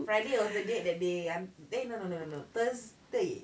friday was the date that they an~ eh no no no no no thursday